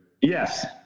Yes